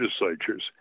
legislatures